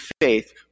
faith